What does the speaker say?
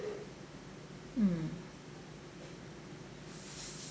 mm